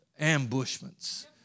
ambushments